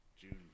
June